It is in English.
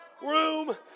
room